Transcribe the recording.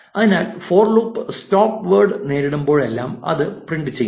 അതിനാൽ for loop stop word നേരിടുമ്പോഴെല്ലാം അത് പ്രിന്റ് ചെയ്യില്ല